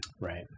right